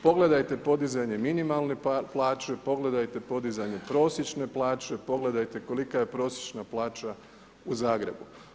Pogledajte podizanje minimalne plaće, pogledajte podizanje prosječne plaće, pogledajte kolika je prosječna plaća u Zagrebu.